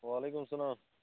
وعلیکُم سلام